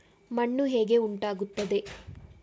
ಮಣ್ಣು ಹೇಗೆ ಉಂಟಾಗುತ್ತದೆ?